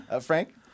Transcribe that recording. Frank